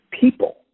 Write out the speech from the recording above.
people